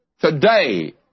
today